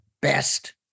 best